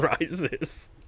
Rises